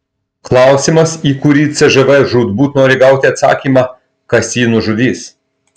klausimas į kurį cžv žūtbūt nori gauti atsakymą kas jį nužudys